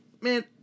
Man